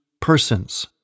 persons